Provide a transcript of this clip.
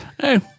hey